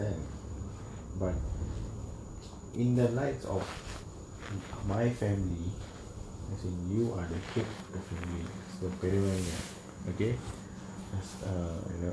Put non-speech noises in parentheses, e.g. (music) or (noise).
then but (noise) in the lights of my family as in you are the head of the family as the பெரியவங்க:periyavanga okay as err you know